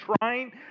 trying